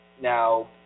Now